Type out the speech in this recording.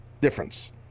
difference